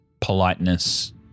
politeness